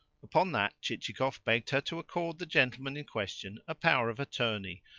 upon that chichikov begged her to accord the gentleman in question a power of attorney,